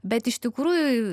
bet iš tikrųjų